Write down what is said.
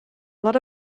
lot